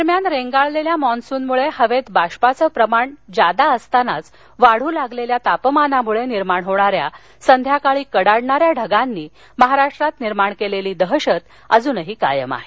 दरम्यान रेंगाळलेल्या मान्सूनमुळे हवेत बाष्पाचं प्रमाण जादा असतानाच वाढू लागलेल्या तापमानामुळे निर्माण होणाऱ्या संध्याकाळी कडाडणाऱ्या ढगांनी महाराष्ट्रात निर्माण केलेली दहशत कायम आहे